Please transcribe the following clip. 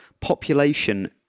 population